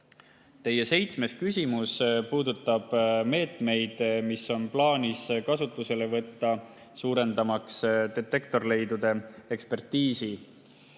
Seitsmes küsimus puudutab meetmeid, mis on plaanis kasutusele võtta, suurendamaks detektorleidude ekspertiisi.